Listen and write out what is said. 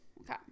okay